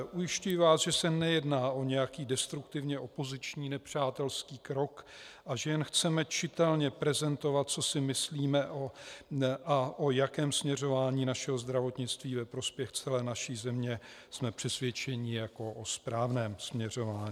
Ujišťuji vás, že se nejedná o nějaký destruktivní opoziční nepřátelský krok a že jen chceme čitelně prezentovat, co si myslíme a o jakém směřování našeho zdravotnictví ve prospěch celé naší země jsme přesvědčeni jako o správném směřování.